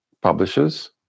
publishers